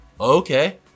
Okay